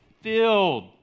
filled